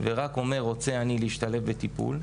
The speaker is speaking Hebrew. ורק אומר "רוצה אני להשתלב בטיפול"